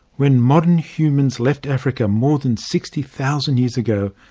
when modern humans left africa more than sixty thousand years ago,